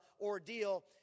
ordeal